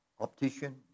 optician